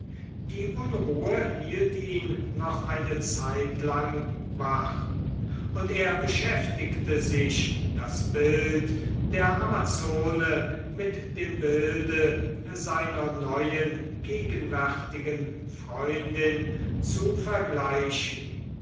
die unruhe hielt ihn noch eine zeitlang wach und er beschäftigte sich das bild der amazone mit dem bilde seiner neuen gegenwärtigen freundin zu vergleichen